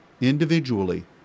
individually